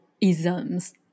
isms